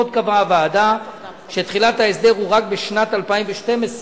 עוד קבעה הוועדה שתחילת ההסדר היא רק בשנת 2012,